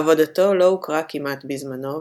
עבודתו לא הוכרה כמעט בזמנו,